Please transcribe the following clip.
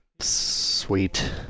Sweet